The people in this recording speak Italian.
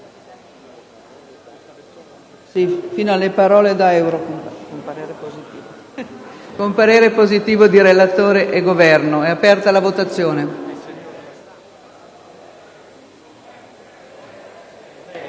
fino alle parole «da euro», con parere positivo di relatore e Governo. Dichiaro aperta la votazione.